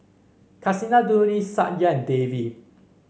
Kasinadhuni Satya and Devi